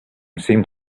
seemed